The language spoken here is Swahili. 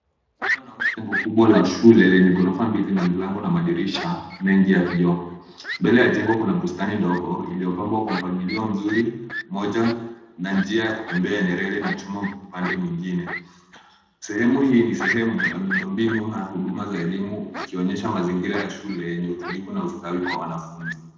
Hapa naona jengo kubwa la shule lenye ghorofa mbili na milango na madirisha mengi ya vioo. Mbele ya jengo kuna bustani ndogo, iliyopambwa kwa mpangilio mzuri moja, na njia ya kutembea yenye reli na chuma upande mwingine. Sehemu hii ni sehemu ya miundombinu na huduma za elimu ikionyesha mazingira ya shule yenye utulivu na ustawi kwa wanafunzi.